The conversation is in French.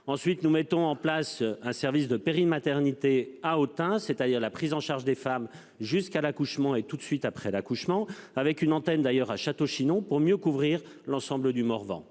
Ensuite, nous mettons en place un service de périmaternité à Autun permettant la prise en charge des femmes jusqu'à l'accouchement et tout de suite après l'accouchement, avec une antenne à Château-Chinon pour mieux couvrir l'ensemble du Morvan.